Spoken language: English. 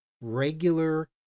regular